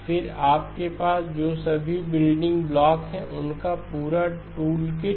फिर आपके पास जो सभी बिल्डिंग ब्लॉक हैं उनका पूरा टूल किट